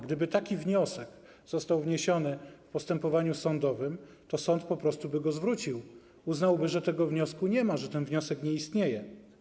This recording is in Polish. Gdyby taki wniosek został wniesiony w postępowaniu sądowym, to sąd po prostu by go zwrócił, uznałby, że tego wniosku nie ma, że ten wniosek nie istnieje.